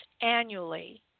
annually